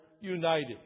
united